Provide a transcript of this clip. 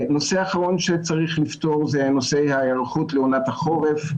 נושא אחרון שצריך לפתור זה נושא ההיערכות לעונת החורף.